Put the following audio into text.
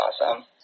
awesome